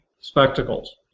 spectacles